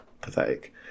pathetic